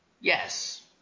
yes